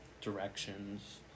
directions